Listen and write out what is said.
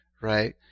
right